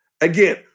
Again